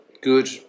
good